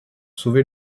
sauver